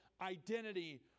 identity